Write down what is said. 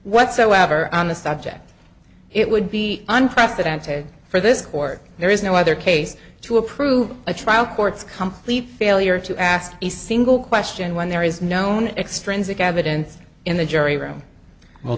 whatsoever on the subject it would be unprecedented for this court there is no other case to approve a trial court's complete failure to ask a single question when there is known extrinsic evidence in the jury room well